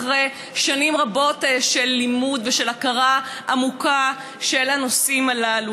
אחרי שנים רבות של לימוד ושל הכרה עמוקה של הנושאים הללו,